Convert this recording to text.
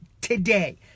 today